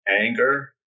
anger